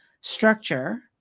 structure